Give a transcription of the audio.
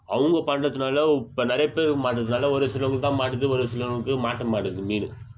அவங்க பண்றதுனால இப்போ நிறைய பேருக்கு மாட்டுது நல்லா ஒரு சிலவங்களுக்கு தான் மாட்டுது ஒரு சிலவங்களுக்கு மாட்டு மாட்டுது மீன்